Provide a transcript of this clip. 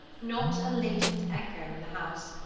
not a latent echo in the house,